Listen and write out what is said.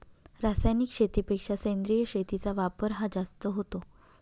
रासायनिक शेतीपेक्षा सेंद्रिय शेतीचा वापर हा जास्त होतो